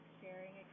sharing